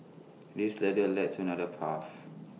this ladder led to another path